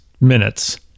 minutes